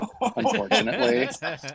Unfortunately